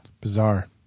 Bizarre